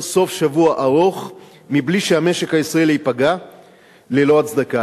סוף-שבוע ארוך מבלי שהמשק הישראלי ייפגע ללא הצדקה.